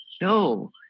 No